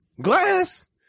glass